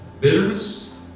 Bitterness